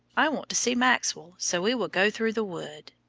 i want to see maxwell, so we will go through the wood.